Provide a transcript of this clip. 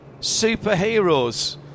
superheroes